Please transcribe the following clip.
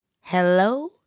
Hello